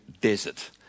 desert